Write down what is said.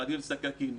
ח'ליל א-סכּאכּיני.